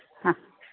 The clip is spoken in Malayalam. ആ